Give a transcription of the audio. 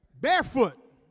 barefoot